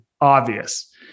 obvious